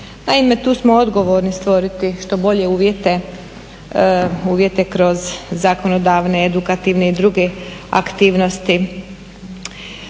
Naime, tu smo odgovorni stvoriti što bolje uvjete kroz zakonodavne, edukativne i druge aktivnosti.